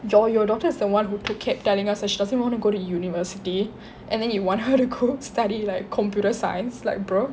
your your daughters is the one who kept telling us that she doesn't want to go to university and then you want her to go study like computer science like bro